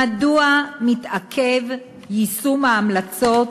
מדוע מתעכב יישום ההמלצות,